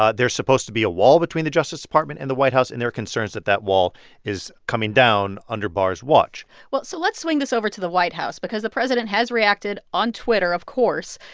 ah there's supposed to be a wall between the justice department and the white house, and there are concerns that that wall is coming down under barr's watch well, so let's swing this over to the white house because the president has reacted on twitter, of course.